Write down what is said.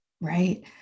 Right